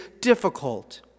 difficult